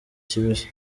kibisi